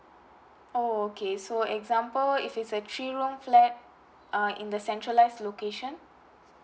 oh okay so example if it's a three room flat uh in the centralized location